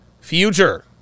future